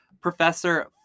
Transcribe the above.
Professor